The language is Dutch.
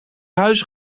huis